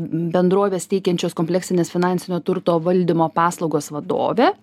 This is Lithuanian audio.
bendrovės teikiančios kompleksines finansinio turto valdymo paslaugas vadovė